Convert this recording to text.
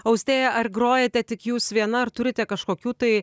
austėja ar grojate tik jūs viena ar turite kažkokių tai